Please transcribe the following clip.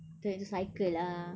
don't need to cycle lah